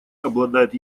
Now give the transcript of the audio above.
обладает